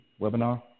webinar